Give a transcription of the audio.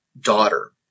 daughter